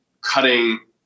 cutting